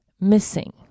missing